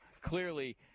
clearly